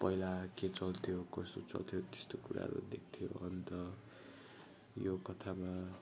पहिला के चल्थ्यो कसो चल्थ्यो त्यस्तो कुराहरू देख्थ्यो अन्त यो कथामा